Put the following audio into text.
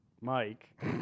Mike